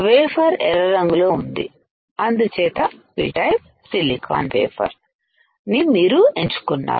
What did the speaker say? wafer ఎర్ర రంగులో ఉంది అంచేత P టైపు సిలికాన్ వేఫర్ ని మీరు ఎంచుకున్నారు